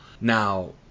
now